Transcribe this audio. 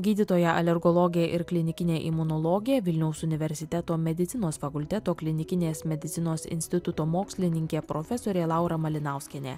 gydytoja alergologė ir klinikinė imunologė vilniaus universiteto medicinos fakulteto klinikinės medicinos instituto mokslininkė profesorė laura malinauskienė